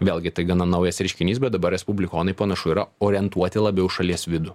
vėlgi tai gana naujas reiškinys bet dabar respublikonai panašu yra orientuoti labiau į šalies vidų